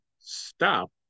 stop